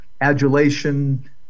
adulation